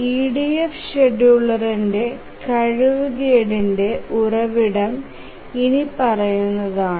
EDF ഷെഡ്യൂളറിന്റെ കഴിവുകേടിന്റെ ഉറവിടം ഇനിപ്പറയുന്നതാണ്